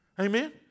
Amen